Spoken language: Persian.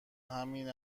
همین